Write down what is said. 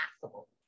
possible